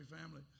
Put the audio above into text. family